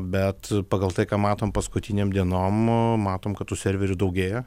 bet pagal tai ką matom paskutinėm dienom o matom kad tų serverių daugėja